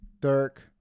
Dirk